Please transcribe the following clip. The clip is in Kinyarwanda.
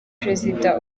perezida